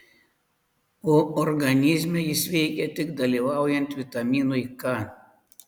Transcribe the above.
o organizme jis veikia tik dalyvaujant vitaminui k